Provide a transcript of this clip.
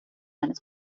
eines